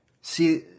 See